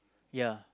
ya